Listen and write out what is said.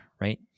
right